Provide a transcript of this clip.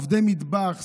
עובדי מטבח,